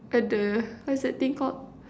at the what's that thing called